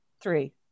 Three